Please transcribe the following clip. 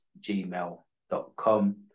gmail.com